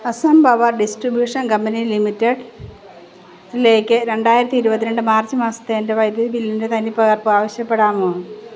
Assam power distribution company ലിമിറ്റഡിലേക്ക് രണ്ടായിരത്തി ഇരുപത് രണ്ട് മാർച്ച് മാസത്തെ എൻ്റെ വൈദ്യുതി ബില്ലിൻ്റെ തനിപ്പകർപ്പ് ആവശ്യപ്പെടാമോ